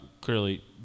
clearly